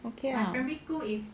okay lah